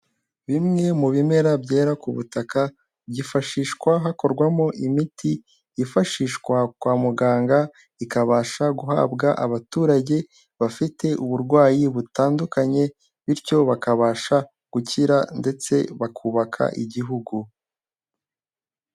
Bimwe mu bimera byera ku butaka, byifashishwa hakorwamo imiti, ifashishwa kwa muganga ikabasha guhabwa abaturage bafite uburwayi butandukanye, bityo bakabasha gukira ndetse bakubaka igihugu.